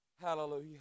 Hallelujah